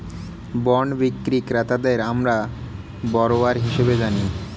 bond বিক্রি ক্রেতাদের আমরা বরোয়ার হিসেবে জানি